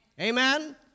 Amen